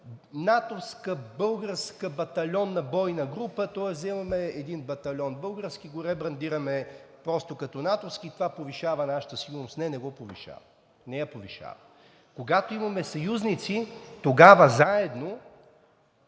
натовска българска батальонна бойна група, тоест взимаме един български батальон и го ребрандираме просто като натовски и това повишава нашата сигурност. Не, не я повишава. Когато имаме съюзници, тогава заедно,